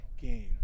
game